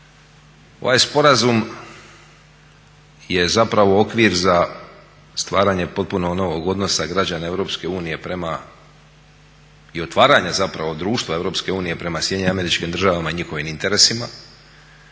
Ovaj sporazum je zapravo okvir za stvaranje potpuno novog odnosa građana EU prema i otvaranja zapravo društva EU prema SAD i njihovim interesima